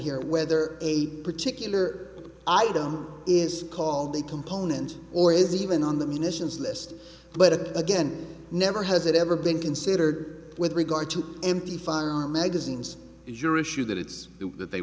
here whether a particular item is called a component or is even on the munitions list but again never has it ever been considered with regard to empty firearm magazines is your issue that it's that they